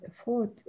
afford